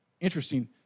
interesting